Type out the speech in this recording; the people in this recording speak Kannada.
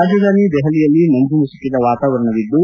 ರಾಜಧಾನಿ ದೆಹಲಿಯಲ್ಲಿ ಮಂಜು ಮುಸುಕಿದ ವಾತಾವರಣವಿದ್ದು